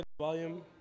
volume